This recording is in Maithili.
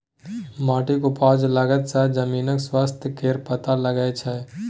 माटिक उपजा तागत सँ जमीनक स्वास्थ्य केर पता लगै छै